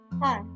Hi